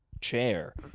chair